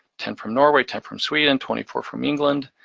ten from norway, ten from sweden, twenty four from england,